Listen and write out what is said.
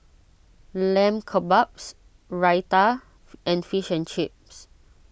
Lamb Kebabs Raita and Fish and Chips